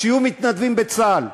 שיהיו מתנדבים בצה"ל.